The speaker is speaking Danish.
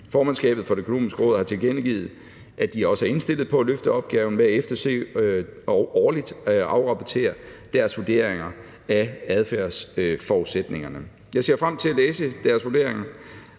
Formandskabet for Det Økonomiske Råd har også tilkendegivet, at de er indstillet på at løfte opgaven med at efterse og årligt afrapportere deres vurderinger af adfærdsforudsætningerne. Jeg ser frem til at læse deres vurderinger